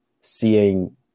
seeing